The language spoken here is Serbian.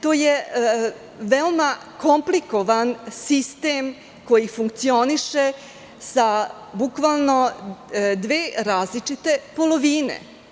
To je veoma komplikovan sistem koji funkcioniše sa bukvalno dve različite polovine.